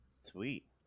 Sweet